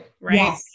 right